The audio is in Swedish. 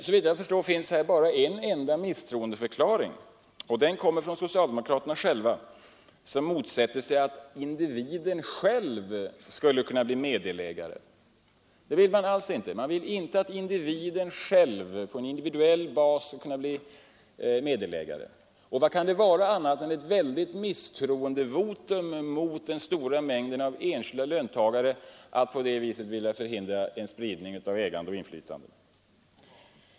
Men här finns endast en misstroendeförklaring, och den kommer från socialdemokraterna, som motsätter sig att individen själv blir meddelägare. Det vill man alls inte. Man vill inte att individen på en individuell bas skall kunna bli meddelägare. Vad kan det vara annat än ett misstroendevotum mot den stora mängden enskilda löntagare att på det viset vilja förhindra en spridning av ägande och inflytande?